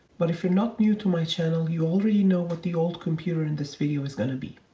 but if you're not new to my channel, you already know what the old computer in this video is going to be,